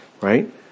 right